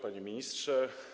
Panie Ministrze!